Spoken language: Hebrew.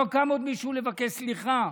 עוד לא קם מישהו לבקש סליחה.